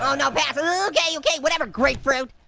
um no pass. and ok ok whatever. grapefruit.